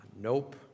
Nope